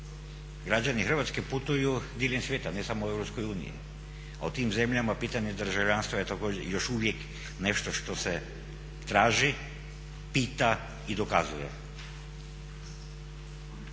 Građani Hrvatske putuju diljem svijeta, ne samo u EU, a u tim zemljama pitanje državljanstva je još uvijek nešto što se traži, pita i dokazuje.